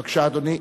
בבקשה, אדוני.